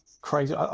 crazy